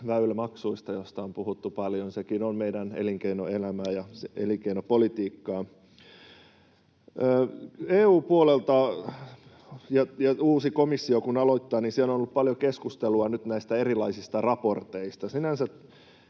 väylämaksuista, joista on puhuttu paljon. Sekin on meidän elinkeinoelämää ja elinkeinopolitiikkaa. EU-puolella, uusi komissio kun aloittaa, on ollut nyt paljon keskustelua näistä erilaisista raporteista.